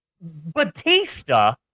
Batista